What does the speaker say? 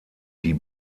die